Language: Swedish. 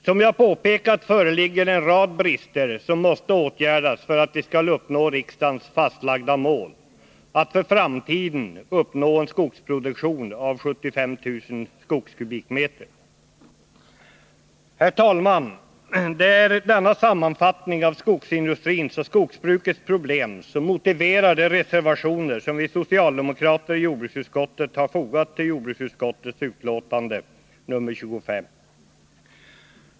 Som jag påpekat föreligger en rad brister som måste åtgärdas, för att vi skall uppnå riksdagens fastlagda mål, att för framtiden uppnå en skogsproduktion av 75 000 skogskubikmeter. Herr talman! Det är denna sammanfattning av skogsindustrins och skogsbrukets problem som motiverar de reservationer som vi socialdemokrater i jordbruksutskottet har fogat till utskottets betänkande 1980/ 81:25.